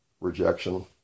rejection